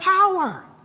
power